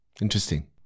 Interesting